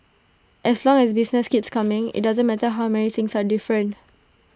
as long as business keeps coming IT doesn't matter how many things are different